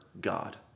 God